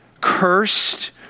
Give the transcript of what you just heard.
cursed